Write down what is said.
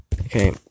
Okay